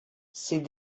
ces